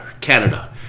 Canada